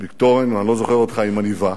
מקטורן, ואני לא זוכר אותך עם עניבה,